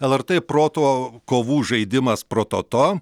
lrt proto kovų žaidimas prototo